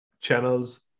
channels